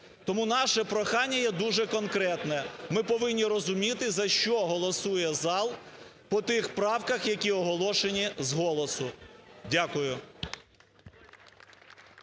Тому наше прохання є дуже конкретне: ми повинні розуміти, за що голосує зал по тих правках, які оголошені з голосу. Дякую.